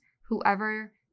whoever